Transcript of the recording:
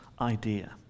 idea